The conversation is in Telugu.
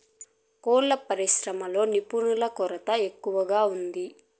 కోళ్ళ పరిశ్రమలో నిపుణుల కొరత ఎక్కువగా ఉంది